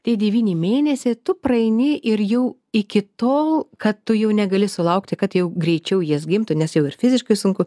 tie devyni mėnesiai tu praeini ir jau iki tol kad tu jau negali sulaukti kad jau greičiau jis gimtų nes jau ir fiziškai sunku